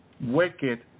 wicked